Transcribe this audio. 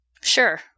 Sure